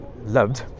loved